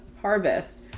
harvest